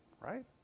right